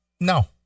No